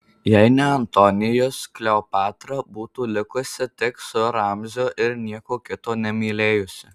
jei ne antonijus kleopatra būtų likusi tik su ramziu ir nieko kito nemylėjusi